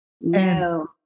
No